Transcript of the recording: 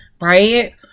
Right